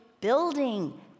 building